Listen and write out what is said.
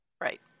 right